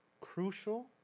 crucial